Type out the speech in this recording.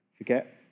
Forget